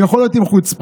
הוא יכול להיות עם חוצפה,